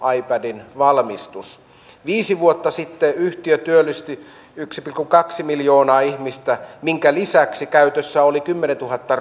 ipadin valmistus viisi vuotta sitten yhtiö työllisti yksi pilkku kaksi miljoonaa ihmistä minkä lisäksi käytössä oli kymmenentuhatta